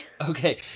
Okay